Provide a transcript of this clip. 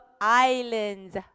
islands